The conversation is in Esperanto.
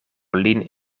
lin